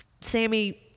Sammy